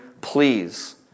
please